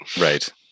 Right